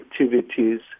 activities